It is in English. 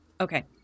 Okay